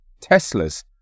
Teslas